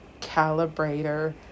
Calibrator